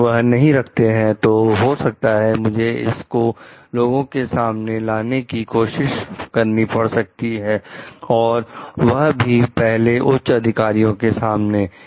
अगर वह नहीं रखते हैं तो हो सकता है मुझे इसको लोगों के सामने की आवश्यकता पड़ सकती है और वह भी पहले उच्च अधिकारियों के सामने